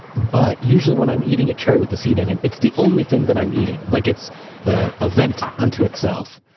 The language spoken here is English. but usually when i'm eating a cherry with the seed in it, it's the only thing that i'm eating. like it's the event unto itself.